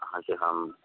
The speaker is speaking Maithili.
अहाँकेँ हम